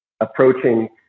approaching